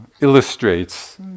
illustrates